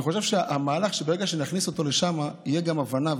אני חושב שברגע שנכניס אותו לשם תהיה הבנה,